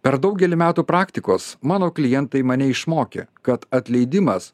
per daugelį metų praktikos mano klientai mane išmokė kad atleidimas